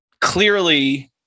clearly